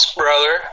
brother